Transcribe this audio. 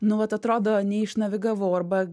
nu vat atrodo neišnavigavau arba